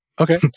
okay